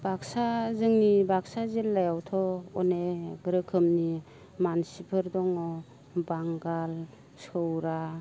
बाक्सा जोंनि बाक्सा जिल्लायावथ' अनेख रोखोमनि मानसिफोर दङ बांगाल सौरा